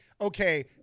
okay